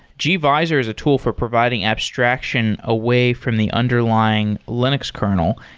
gvisor is a tool for providing abstraction away from the underlying linux kernel.